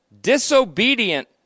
disobedient